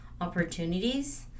opportunities